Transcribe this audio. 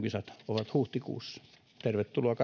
kisat ovat huhtikuussa tervetuloa